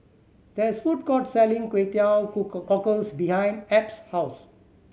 there is a food court selling Kway Teow cockles behind Ebb's house